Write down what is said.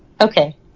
Okay